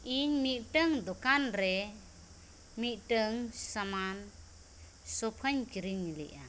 ᱤᱧ ᱢᱤᱫᱴᱟᱝ ᱫᱳᱠᱟᱱᱨᱮ ᱢᱤᱫᱴᱟᱝ ᱥᱟᱢᱟᱱ ᱥᱳᱯᱷᱟᱧ ᱠᱤᱨᱤᱧ ᱞᱮᱫᱼᱟ